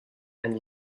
and